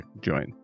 join